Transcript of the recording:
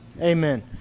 Amen